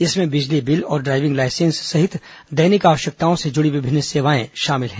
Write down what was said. इसमें बिजली बिल और ड्राइविंग लाइसेंस सहित दैनिक आवश्यकताओं से जुड़ी विभिन्न सेवाएं शामिल हैं